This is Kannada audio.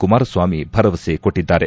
ಕುಮಾರಸ್ವಾಮಿ ಭರವಸೆ ಕೊಟ್ಟಿದ್ದಾರೆ